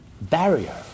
barrier